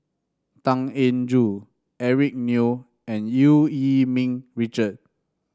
Tan Eng Joo Eric Neo and Eu Yee Ming Richard